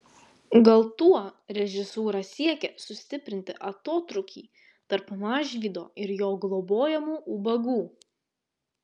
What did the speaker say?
gal tuo režisūra siekė sustiprinti atotrūkį tarp mažvydo ir jo globojamų ubagų